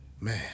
Man